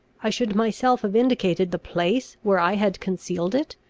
i should myself have indicated the place where i had concealed it?